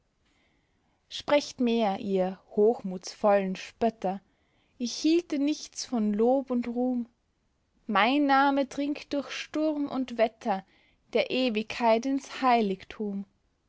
sprecht mehr ihr hochmutsvollen spötter ich hielte nichts von lob und ruhm mein name dringt durch sturm und wetter der ewigkeit ins heiligtum